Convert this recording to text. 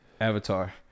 Avatar